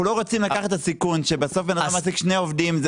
לא רוצים לקחת את הסיכון שבסוף בן אדם מעסיק שני עובדים,